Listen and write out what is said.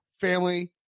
family